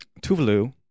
Tuvalu